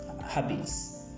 Habits